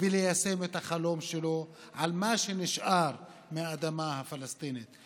וליישם את החלום שלו על מה שנשאר מהאדמה הפלסטינית.